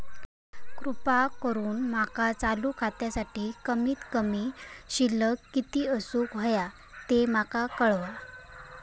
कृपा करून माका चालू खात्यासाठी कमित कमी शिल्लक किती असूक होया ते माका कळवा